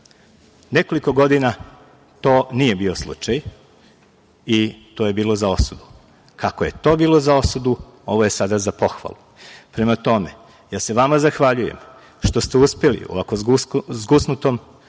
Nekoliko godina to nije bio slučaj i to je bilo za osudu. Kako je to bilo za osudu, ovo je sada za pohvalu. Prema tome, ja se vama zahvaljujem što ste uspeli u ovako zgusnutom